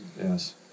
Yes